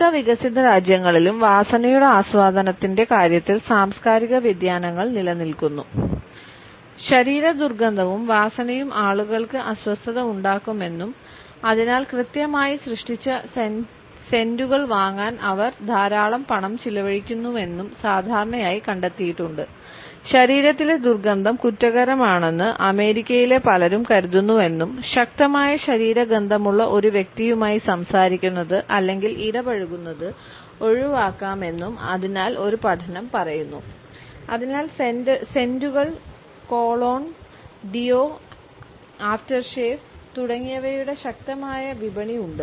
മിക്ക വികസിത രാജ്യങ്ങളിലും വാസനയുടെ ആസ്വാദനത്തിൻറെ കാര്യത്തിൽ സാംസ്കാരിക വ്യതിയാനങ്ങൾ നിലനിൽക്കുന്നു ശരീര ദുർഗന്ധവും വാസനയും ആളുകൾക്ക് അസ്വസ്ഥത ഉണ്ടാക്കുമെന്നും അതിനാൽ കൃത്രിമമായി സൃഷ്ടിച്ച സെൻറ്റുകൾ കൊളോൺ ഡിയോ ആഫ്റ്റർഷേവ് തുടങ്ങിയവയുടെ ശക്തമായ വിപണി ഉണ്ട്